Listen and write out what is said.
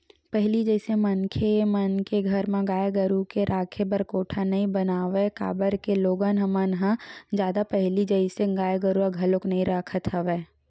पहिली जइसे मनखे मन के घर म गाय गरु के राखे बर कोठा नइ बनावय काबर के लोगन मन ह जादा पहिली जइसे गाय गरुवा घलोक नइ रखत हवय